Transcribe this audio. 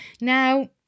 Now